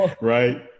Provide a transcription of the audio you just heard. right